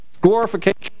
glorification